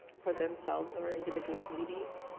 for themselves or individual communities.